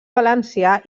valencià